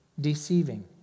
deceiving